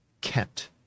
kent